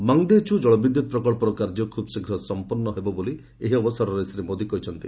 ମାଙ୍ଗଦେଚୁ କଳବିଦ୍ୟୁତ୍ ପ୍ରକଳ୍ପର କାର୍ଯ୍ୟ ଖୁବ୍ ଶୀଘ୍ର ସମ୍ପର୍ଣ୍ଣ ହେବ ବୋଲି ଏହି ଅବସରରେ ଶ୍ରୀ ମୋଦି କହିଛନ୍ତି